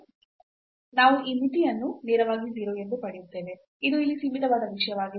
ನಾವು ಈ ಮಿತಿಯನ್ನು ನೇರವಾಗಿ 0 ಎಂದು ಪಡೆಯುತ್ತೇವೆ ಇದು ಇಲ್ಲಿ ಸೀಮಿತವಾದ ವಿಷಯವಾಗಿದೆ